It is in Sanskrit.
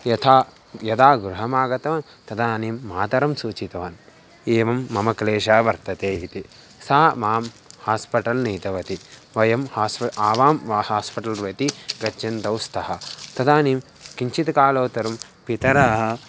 यथा यदा गृहमागतवान् तदानीं मातरं सूचितवान् एवं मम क्लेशः वर्तते इति सा मां हास्पटल् नीतवती वयं हास् आवां वा हास्पटल् द्व इति गच्छन्तौ स्तः तदानीं किञ्चित् कालोत्तरं पितरः